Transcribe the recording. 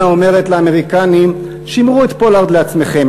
אומרת לאמריקנים: שמרו את פולארד לעצמכם,